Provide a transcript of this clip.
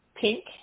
Pink